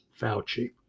Fauci